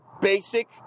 basic